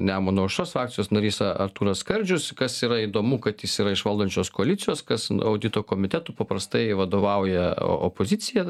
nemuno aušros frakcijos narys artūras skardžius kas yra įdomu kad jis yra iš valdančios koalicijos kas audito komitetui paprastai vadovauja o opozicija